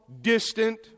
distant